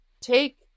take